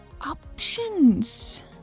options